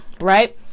right